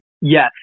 Yes